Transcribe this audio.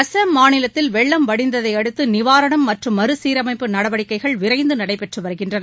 அசாம் மாநிலத்தில் வெள்ளம் வடிந்ததை அடுத்து நிவாரணம் ம்ற்றும் மறு சீரமைப்பு நடவடிக்கைகள் விரைந்து நளடபெற்று வருகின்றன்